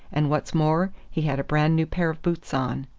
and what's more, he had a brand-new pair of boots on.